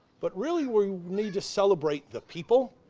but really we need to celebrate the people,